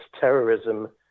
terrorism